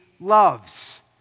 loves